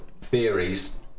theories